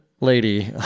lady